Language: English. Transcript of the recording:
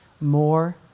more